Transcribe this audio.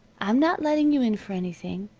i'm not letting you in for anything.